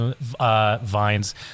vines